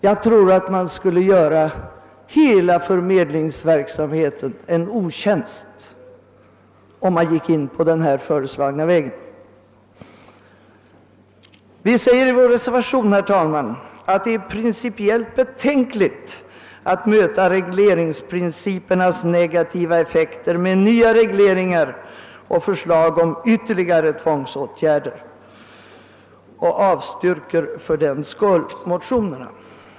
Jag tror att man skulle göra hela förmedlingsverksamheten en = otjänst, om man sloge in på den här föreslagna vägen. Vi säger i vår reservation, herr talman, att det är principiellt betänkligt att möta regleringsprincipernas negativa effekter med nya regleringar och förslag om ytterligare tvångsåtgärder, och vi avstyrker fördenskull motionerna.